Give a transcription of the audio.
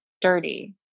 dirty